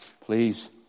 please